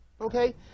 okay